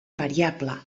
variable